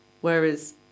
Whereas